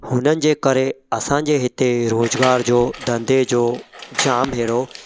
हुननि जे करे असांजे हिते रोज़गार जो धंधे जो जामु अहिड़ो